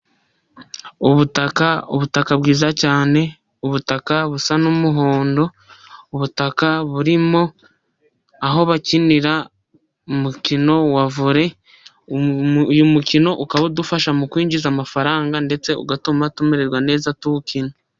Ubutaka, ubutaka bwiza cyane ubutaka busa n'umuhondo, ubutaka burimo aho bakinira umukino wa vore. Uyu mukino ukaba udufasha mu kwinjiza amafaranga, ndetse ugatuma tumererwa neza tuwukina